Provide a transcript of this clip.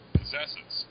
possesses